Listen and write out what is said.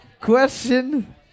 Question